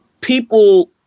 people